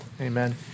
Amen